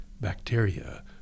bacteria